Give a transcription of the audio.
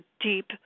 deep